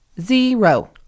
zero